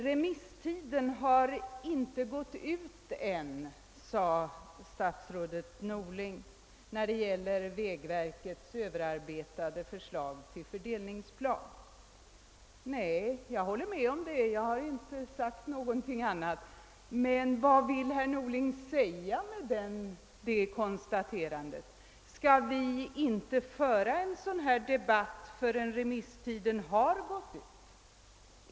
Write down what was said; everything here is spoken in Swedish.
Remisstiden för vägverkets överarbetade förslag till fördelningsplan har inte gått ut än, sade statsrådet Norling. Jag håller med om det; jag har inte sagt något annat. Men vad vill herr Norling säga med detta konstaterande? Skall vi inte föra någon debatt om dessa frågor, förrän remisstiden har gått ut?